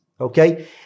Okay